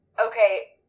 Okay